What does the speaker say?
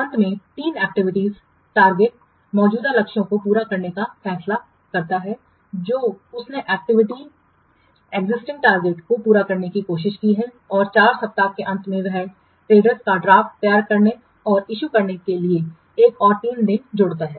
अंत में 3 एक्जिस्टिंग टारगेट्समौजूदा लक्ष्यों को पूरा करने का फैसला करता है जो उसने एक्जिस्टिंग टारगेट्समौजूदा लक्ष्यों को पूरा करने की कोशिश की है और 4 सप्ताह के अंत में वह टेंडर का ड्राफ्ट तैयार करने और इशु करने के लिए एक और तीन दिन जोड़ता है